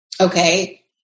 Okay